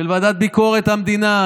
של ועדת ביקורת המדינה,